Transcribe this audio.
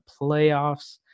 playoffs